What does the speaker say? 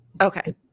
Okay